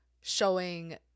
showing